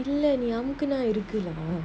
இல்ல நீ அமுக்குனா இருக்கு:illa nee amukunaa iruku lah